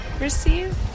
receive